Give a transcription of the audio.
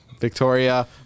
Victoria